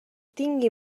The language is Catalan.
tinga